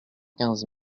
quinze